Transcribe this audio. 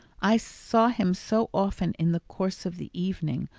i saw him so often in the course of the evening,